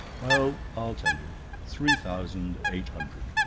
well, i'll tell you. three thousand eight hundred.